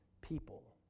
people